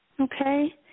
Okay